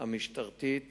המשטרתית